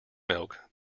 milk